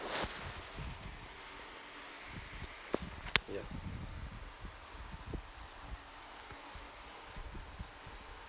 yeah